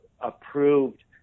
approved